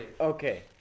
Okay